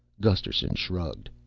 gusterson shrugged.